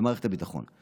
במערכת הביטחון.